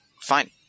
Fine